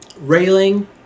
railing